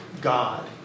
God